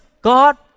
God